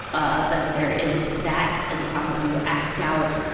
ah, that there is that as a problem if you act out